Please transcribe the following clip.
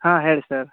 ಹಾಂ ಹೇಳಿ ಸರ್